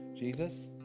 Jesus